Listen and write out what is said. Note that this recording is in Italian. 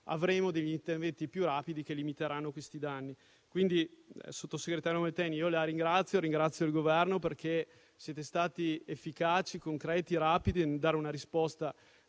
avremo interventi più rapidi che limiteranno i danni, quindi, sottosegretario Molteni, io la ringrazio. Ringrazio il Governo perché siete stati efficaci, concreti e rapidi nel dare una risposta